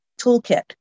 toolkit